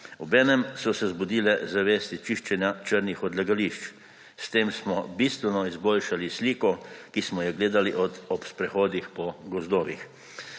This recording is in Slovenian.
obenem so se zbudile zavesti čiščenja črnih odlagališč. S tem smo bistveno izboljšali sliko, ki smo jo gledali ob sprehodih po gozdovih.